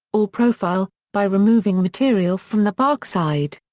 or profile, by removing material from the bark side.